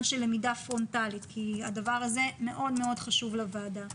של למידה פרונטלית כי הדבר הזה מאוד מאוד חשוב לוועדה.